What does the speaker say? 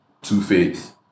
Two-Face